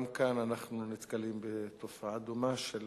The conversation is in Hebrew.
טוב, גם כאן אנחנו נתקלים בתופעה דומה, של